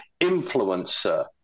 influencer